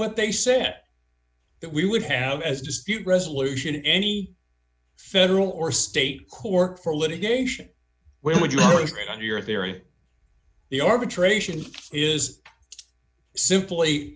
what they said that we would have as dispute resolution in any federal or state court for litigation where would you agree on your theory the arbitration is simply